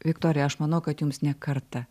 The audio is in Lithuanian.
viktorija aš manau kad jums ne kartą